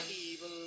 evil